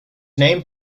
named